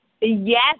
Yes